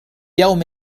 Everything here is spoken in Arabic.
يوم